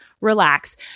relax